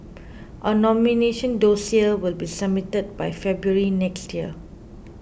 a nomination dossier will be submitted by February next year